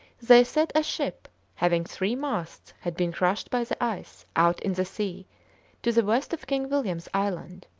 they said a ship having three masts had been crushed by the ice out in the sea to the west of king william's island.